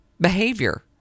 behavior